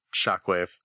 shockwave